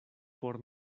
por